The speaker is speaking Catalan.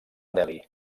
delhi